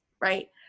right